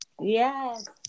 Yes